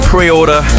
pre-order